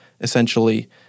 essentially